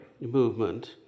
movement